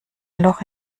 loch